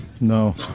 No